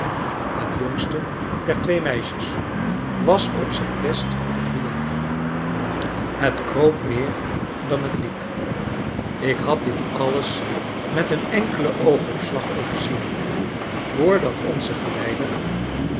het jongste der twee meisjes was op zijn best drie jaar het kroop meer dan het liep ik had dit alles met een enkelen oogopslag overzien vr dat onze geleider